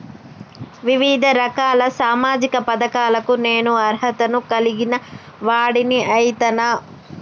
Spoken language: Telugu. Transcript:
వివిధ రకాల సామాజిక పథకాలకు నేను అర్హత ను కలిగిన వాడిని అయితనా?